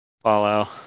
Follow